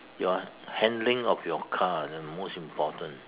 your handling of your car is the most important